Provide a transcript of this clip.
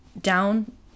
down